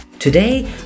Today